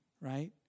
right